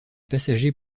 passagers